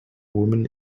woman